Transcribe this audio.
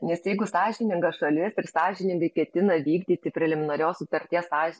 nes jeigu sąžininga šalis ir sąžiningai ketina vykdyti preliminarios sutarties saž